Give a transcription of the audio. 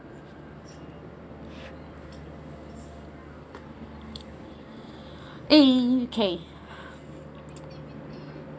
eh K